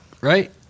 right